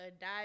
die